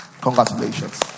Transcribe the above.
Congratulations